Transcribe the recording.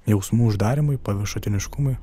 jausmų uždarymui paviršutiniškumui